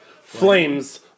Flames